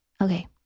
Okay